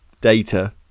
data